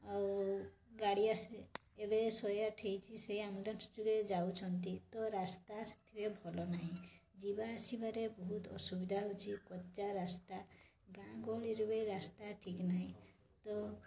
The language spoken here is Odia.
ଆଉ ଗାଡ଼ି ଆସିବା ଏବେ ଶହେ ଆଠ ହୋଇଛି ସେଇ ଆମ୍ବୁଲାନ୍ସ ଯୋଗେ ଯାଉଛନ୍ତି ତ ରାସ୍ତା ସେଥିରେ ଭଲ ନାହିଁ ଯିବା ଆସିବାରେ ବହୁତ ଅସୁବିଧା ହେଉଛି କଚ୍ଚା ରାସ୍ତା ଗାଁ ଗହଳିରେ ଏବେ ରାସ୍ତା ଠିକ ନାହିଁ ତ